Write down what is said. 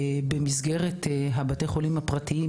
במסגרת בתי החולים הפרטיים,